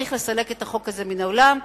צריך לסלק את החוק הזה מן העולם.